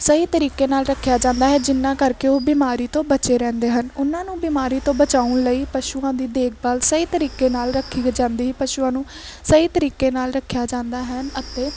ਸਹੀ ਤਰੀਕੇ ਨਾਲ ਰੱਖਿਆ ਜਾਂਦਾ ਹੈ ਜਿਨਾਂ ਕਰਕੇ ਉਹ ਬਿਮਾਰੀ ਤੋਂ ਬਚੇ ਰਹਿੰਦੇ ਹਨ ਉਹਨਾਂ ਨੂੰ ਬਿਮਾਰੀ ਤੋਂ ਬਚਾਉਣ ਲਈ ਪਸ਼ੂਆਂ ਦੀ ਦੇਖਭਾਲ ਸਹੀ ਤਰੀਕੇ ਨਾਲ ਰੱਖੀ ਗਈ ਜਾਂਦੀ ਪਸ਼ੂਆਂ ਨੂੰ ਸਹੀ ਤਰੀਕੇ ਨਾਲ ਰੱਖਿਆ ਜਾਂਦਾ ਹੈ ਅਤੇ